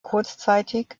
kurzzeitig